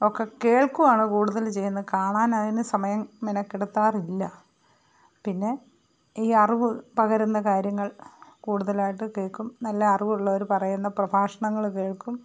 ഒക്കെ കേൾക്കുവാണ് കൂടുതൽ ചെയ്യുന്ന കാണാനതിനു സമയം മെനക്കെടുത്താറില്ല പിന്നെ ഈയറിവ് പകരുന്ന കാര്യങ്ങൾ കൂടുതലായിട്ട് കേൾക്കും നല്ല അറിവുള്ളവർ പറയുന്ന പ്രഭാഷണങ്ങൾ കേൾക്കും